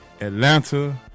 Atlanta